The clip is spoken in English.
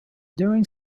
during